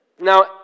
Now